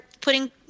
putting